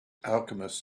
alchemists